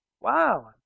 Wow